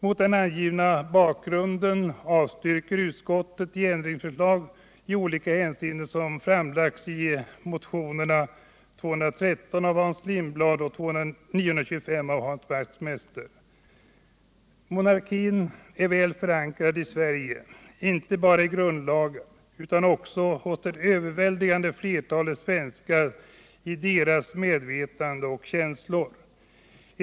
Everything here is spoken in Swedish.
Monarkin är väl förankrad i Sverige — inte bara i grundlagen utan också hos det överväldigande flertalet svenskar i deras medvetande och känslor.